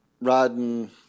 riding